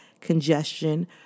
congestion